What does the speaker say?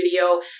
video